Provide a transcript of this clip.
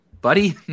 buddy